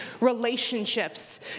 relationships